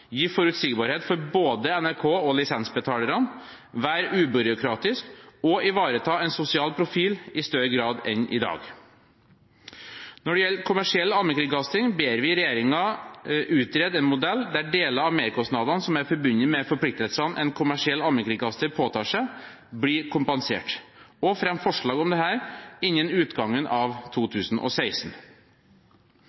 gi forutsigbarhet for både NRK og lisensbetalerne – være ubyråkratisk – ivareta en sosial profil i større grad enn i dag». Når det gjelder kommersiell allmennkringkasting, ber vi regjeringen utrede en modell der deler av merkostnadene som er forbundet med forpliktelsene en kommersiell allmennkringkaster påtar seg, blir kompensert, og å fremme forslag om dette innen utgangen av